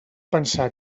pensar